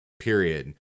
Period